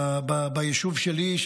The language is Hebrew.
ביישוב שלי,